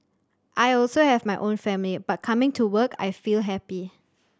I also have my own family but coming to work I feel happy